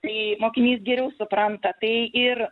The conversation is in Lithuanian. tai mokinys geriau supranta tai ir